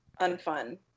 Unfun